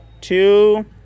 two